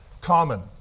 common